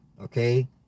okay